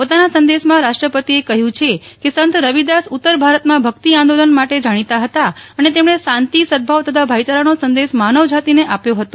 પોતાના સંદેશમાં રાષ્ટ્રપતિએ કહ્યું છે કે સંત રવિદાસ ઉત્તર ભારતમાં ભક્તિ આંદોલન માટે જાણીતા હતા અને તેમણે શાંતિસદ્દભાવ તથા ભાઇચારાનો સંદેશ માનવજાતિને આપ્યો હતો